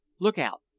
look out!